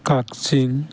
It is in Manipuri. ꯀꯛꯆꯤꯡ